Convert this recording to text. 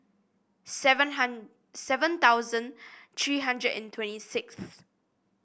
seven hundred seven thousand three hundred and twenty sixth